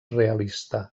realista